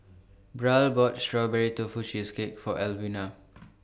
Brielle bought Strawberry Tofu Cheesecake For Alwina